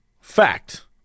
fact